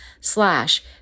slash